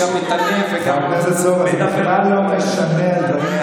ואני לא אחשוף דברים שגם נשארו.